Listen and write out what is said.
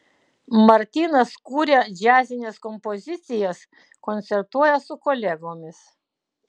martynas kuria džiazines kompozicijas koncertuoja su kolegomis